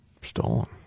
Stolen